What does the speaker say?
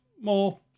more